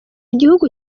igihugu